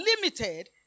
limited